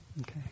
Okay